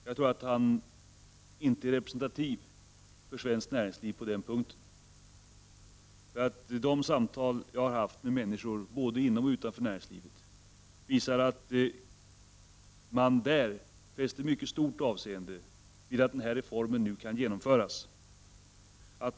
Jag tror inte att han är representativ för svenskt näringsliv på denna punkt. De samtal jag har haft med människor både inom och utom näringslivet visar att man fäster mycket stort avseende vid att denna reform nu kan genomföras.